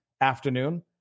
afternoon